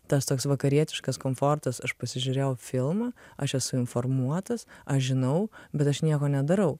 tas toks vakarietiškas komfortas aš pasižiūrėjau filmą aš esu informuotas aš žinau bet aš nieko nedarau